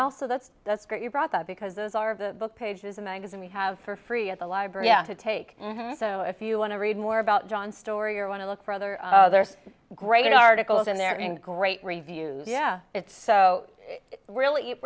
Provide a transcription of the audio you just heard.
also that's that's great you brought that because those are the book pages a magazine we have for free at the library to take so if you want to read more about john's story or want to look for other great articles in there and great reviews yeah it's so really it